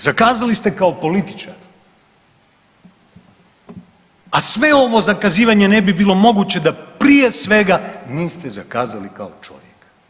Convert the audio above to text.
Zakazali ste kao političar, a sve ovo zakazivanje ne bi bilo moguće da prije svega niste zakazali kao čovjek.